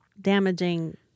damaging